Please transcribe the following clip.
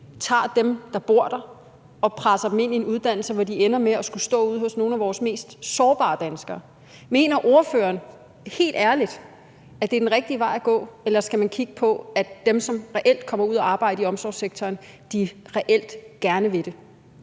tager dem, der bor der, og presser dem ind i en uddannelse, hvor de ender med at skulle stå ude hos nogle af vores mest sårbare danskere. Mener ordføreren helt ærligt, at det er den rigtige vej at gå, eller skal man kigge på, at dem, som kommer ud at arbejde i omsorgssektoren, reelt gerne vil det?